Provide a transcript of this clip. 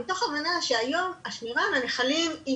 מתוך הבנה שהיום השמירה על הנחלים היא